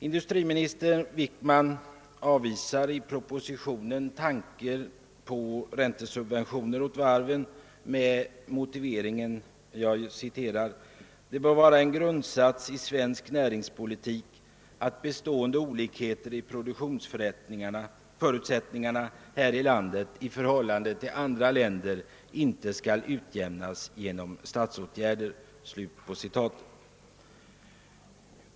industriminister Wickman avvisar i propositionen tanken på räntesubventioner åt varven med motiveringen att >det bör vara en grundsats i svensk näringspolitik att bestående olikheter i produktionsförutsättningarna här i landet i förhållande till andra länder inte skall utjämnas genom statsåtgärder».